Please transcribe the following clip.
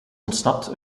ontsnapt